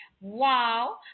Wow